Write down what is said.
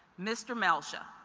mr. melsha.